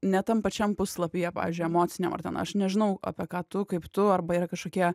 ne tam pačiam puslapyje pavyzdžiui emociniam ar ten aš nežinau apie ką tu kaip tu arba yra kažkokie